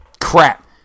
crap